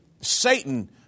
Satan